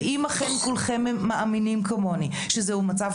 ואם אכן כולכם מאמינים כמוני שזה מצב